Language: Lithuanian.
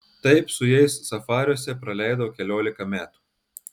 taip su jais safariuose praleidau keliolika metų